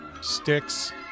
Sticks